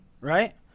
right